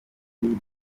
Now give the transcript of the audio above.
bihugu